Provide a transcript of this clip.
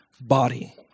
body